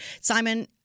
Simon